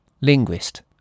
linguist